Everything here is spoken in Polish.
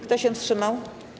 Kto się wstrzymał?